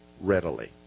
readily